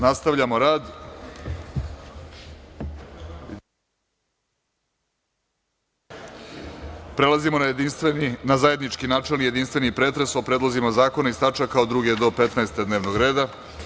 Nastavljamo rad i prelazimo na zajednički načelni i jedinstveni pretres o predlozima zakona iz tačaka od druge do 15. dnevnog reda.